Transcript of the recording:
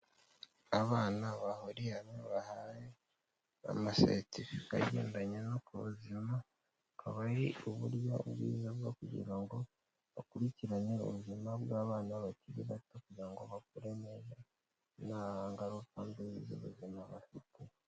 Abana bahuriye hamwe bahaye amaseritifika agendanye no ku buzima aba ari uburyo bwiza bwo kugira ngo bakurikirane ubuzima bw'abana bakiri bato kugira ngo bakure neza nta ngaruka mbi z'ubuzima bafite.